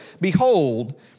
Behold